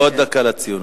עוד דקה לציונות.